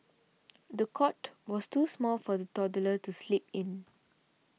the cot was too small for the toddler to sleep in